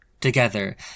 Together